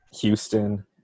Houston